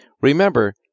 Remember